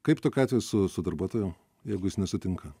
kaip tokiu atveju su su darbuotoju jeigu jis nesutinka